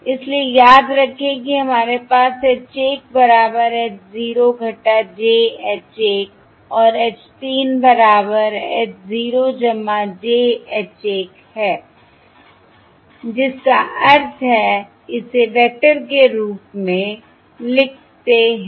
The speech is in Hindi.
इसलिए याद रखें कि हमारे पास H 1 बराबर h 0 j h 1 और H 3 बराबर h 0 j h 1 है जिसका अर्थ है इसे वैक्टर के रूप में लिखते हैं